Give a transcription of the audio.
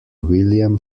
william